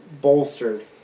bolstered